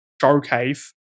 showcase